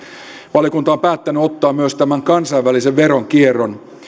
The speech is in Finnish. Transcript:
valiokunta on päättänyt ottaa myös tämän kansainvälisen veronkierron